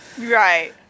right